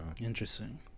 Interesting